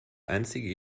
einzige